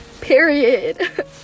period